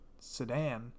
sedan